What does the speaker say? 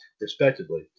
respectively